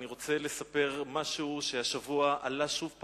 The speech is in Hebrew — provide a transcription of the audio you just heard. אני רוצה לספר משהו שעלה השבוע שוב.